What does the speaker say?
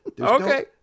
Okay